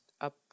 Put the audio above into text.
up